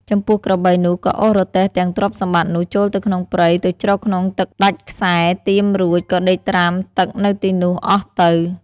ចំពោះក្របីនោះក៏អូសរទេះទាំងទ្រព្យសម្បត្តិនោះចូលក្នុងព្រៃទៅជ្រកក្នុងទឹកដាច់ខ្សែទាមរួចក៏ដេកត្រាំទឹកនៅទីនោះអស់ទៅ។